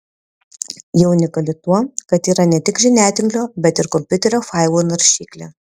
ji unikali tuo kad yra ne tik žiniatinklio bet ir kompiuterio failų naršyklė